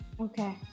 okay